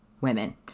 women